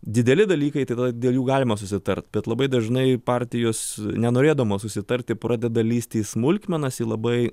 dideli dalykai tai tada dėl jų galima susitart bet labai dažnai partijos nenorėdamos susitarti pradeda lįsti į smulkmenas į labai